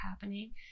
happening